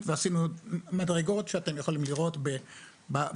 ועשינו מדרגות שאתם יכולים לראות בדוחות,